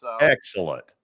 Excellent